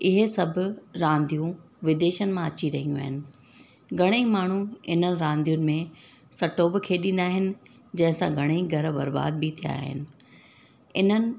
इहे सभु रांदियूं विदेशनि मां अची रहियूं आहिनि घणेई माण्हू इन्हनि रांदियुनि में सटो बि खेॾींदा आहिनि जंहिंसां घणे ई घर बर्बाद बि थिया आहिनि इन्हनि